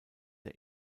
der